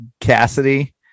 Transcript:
Cassidy